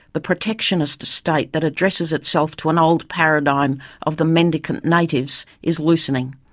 the protectionist state that addresses itself to an old paradigm of the mendicant natives, is loosening.